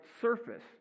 surface